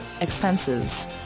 expenses